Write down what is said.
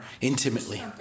intimately